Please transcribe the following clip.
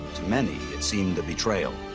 many it seemed a betrayal.